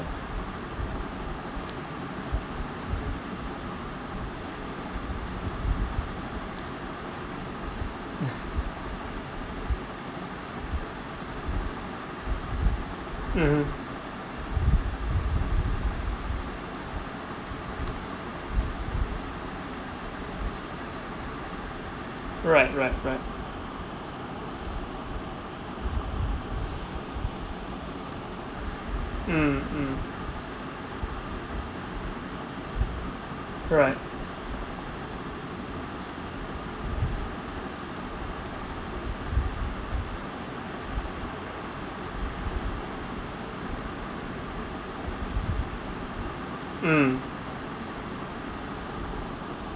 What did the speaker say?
mmhmm right right right mm mm right mm